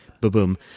boom